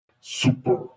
Super